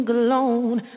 alone